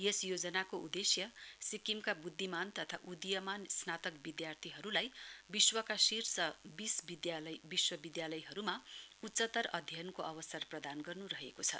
यस योजनाको उददेश्य सिक्किमका बुद्धिमान तथा उदयीमान स्नातक विद्यार्थीहरूलाई विश्वका शीर्ष बीस विश्वविद्यालयहरूमा उच्चतर अध्ययनको अवसर प्रदान गर्न् रहेको छ